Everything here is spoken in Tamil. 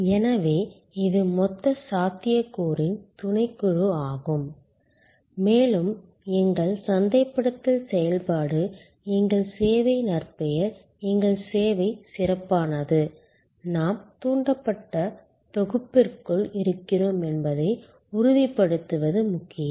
எனவே இது மொத்த சாத்தியக்கூறின் துணைக்குழு ஆகும் மேலும் எங்கள் சந்தைப்படுத்தல் செயல்பாடு எங்கள் சேவை நற்பெயர் எங்கள் சேவை சிறப்பானது நாம் தூண்டப்பட்ட தொகுப்பிற்குள் இருக்கிறோம் என்பதை உறுதிப்படுத்துவது முக்கியம்